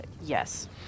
Yes